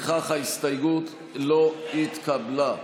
לפיכך ההסתייגות לא התקבלה.